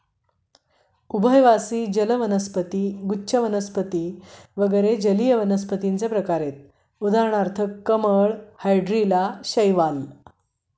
उभयवासी जल वनस्पती, गुच्छ वनस्पती वगैरे जलीय वनस्पतींचे प्रकार आहेत उदाहरणार्थ कमळ, हायड्रीला, शैवाल